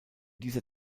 dieser